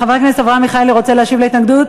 חבר הכנסת אברהם מיכאלי רוצה להשיב להתנגדות?